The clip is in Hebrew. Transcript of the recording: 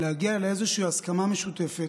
להגיע לאיזושהי הסכמה משותפת.